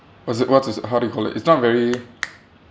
was it what is it how do you call it it's not very